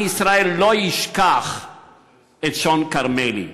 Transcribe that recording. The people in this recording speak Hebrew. עם ישראל לא ישכח את שון כרמלי.